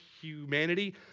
humanity